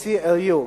ACLU,